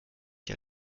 die